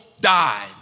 died